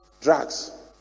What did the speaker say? drugs